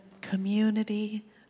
community